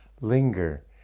linger